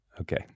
okay